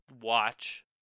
watch